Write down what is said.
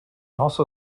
also